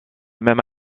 même